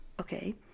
okay